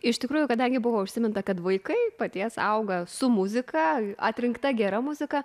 iš tikrųjų kadangi buvo užsiminta kad vaikai paties auga su muzika atrinkta gera muzika